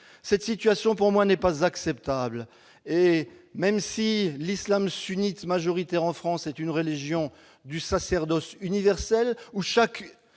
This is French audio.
cette situation n'est pas acceptable et, même si l'islam sunnite, majoritaire en France, est une religion du sacerdoce universel, où chaque